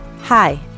Hi